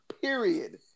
Period